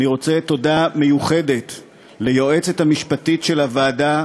אני רוצה לומר תודה מיוחדת ליועצת המשפטית של הוועדה,